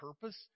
purpose